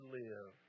live